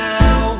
now